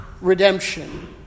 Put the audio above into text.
redemption